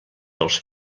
dels